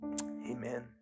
amen